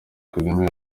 kagame